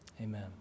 Amen